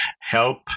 help